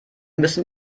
müssen